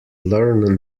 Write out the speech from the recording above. learn